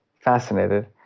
fascinated